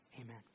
Amen